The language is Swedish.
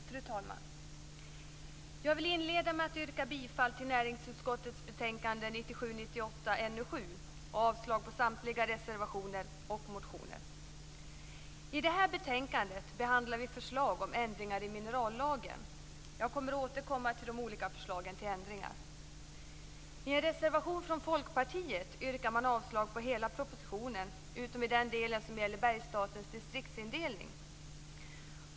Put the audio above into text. Fru talman! Jag vill inleda med att yrka bifall till näringsutskottets betänkande 1997/98:NU7 och avslag på samtliga reservationer och motioner. I det här betänkandet behandlar vi förslag om ändringar i minerallagen. Jag återkommer till de olika förslagen till ändringar. I en reservation från Folkpartiet yrkar man avslag på hela propositionen utom i den del som gäller Bergsstatens distriktsindelning.